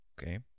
okay